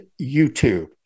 YouTube